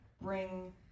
bring